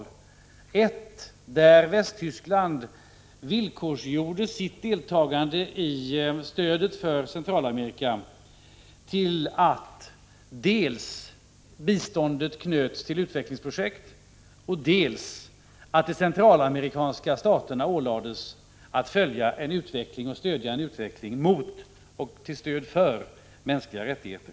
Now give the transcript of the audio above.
I det ena villkorsgjorde Västtyskland sitt deltagande i stödet för Centralamerika dels genom att knyta sitt bistånd till utvecklingsprojekt, dels genom att de centralamerikanska staterna ålades att stödja en utveckling mot och till stöd för mänskliga rättigheter.